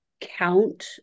count